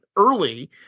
early